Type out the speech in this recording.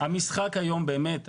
המשחק היום באמת,